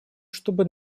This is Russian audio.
чтобы